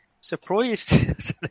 surprised